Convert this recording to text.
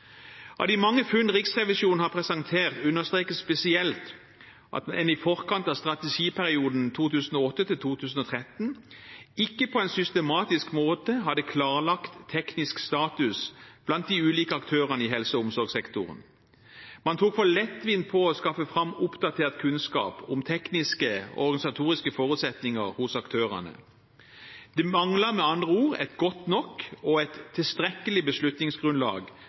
Av de mange funn Riksrevisjonen har presentert, understrekes det spesielt at en i forkant av strategiperioden 2008–2013 ikke på en systematisk måte hadde klarlagt teknisk status blant de ulike aktørene i helse- og omsorgssektoren. Man tok for lettvint på å skaffe fram oppdatert kunnskap om tekniske og organisatoriske forutsetninger hos aktørene. Det manglet med andre ord et godt nok og et tilstrekkelig beslutningsgrunnlag